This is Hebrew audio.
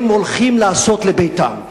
הם הולכים לעשות לביתם.